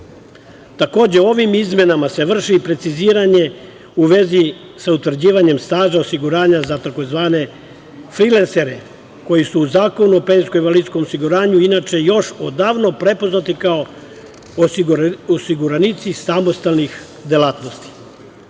reši. Takođe, ovim izmenama se vrši i preciziranje u vezi sa utvrđivanjem staža osiguranja za tzv. frilensere, koji su u Zakonu o penzijskom i invalidskom osiguranju inače još odavno prepoznati kao osiguranici samostalnih delatnosti.